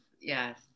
yes